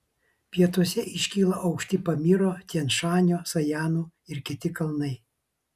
pietuose iškyla aukšti pamyro tian šanio sajanų ir kiti kalnai